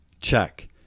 Check